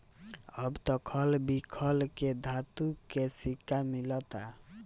अब त खल बिखल के धातु के सिक्का मिलता